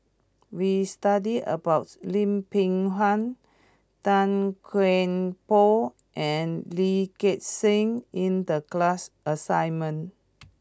we studied about Lim Peng Han Tan Kian Por and Lee Gek Seng in the class assignment